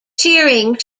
shearing